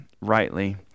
rightly